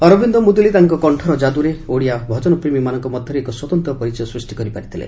ଅରବିନ୍ଦ ମୁଦୁଲି ତାଙ୍ କଶ୍ଚର ଯାଦୁରେ ଓଡ଼ିଆ ଭଜନପ୍ରେମୀମାନଙ୍କ ମଧ୍ଧରେ ଏକ ସ୍ୱତନ୍ତ ପରିଚୟ ସୂଷ୍ଟି କରିପାରିଥିଲେ